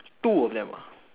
two of them ah